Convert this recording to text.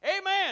amen